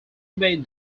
main